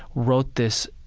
wrote this,